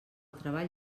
treball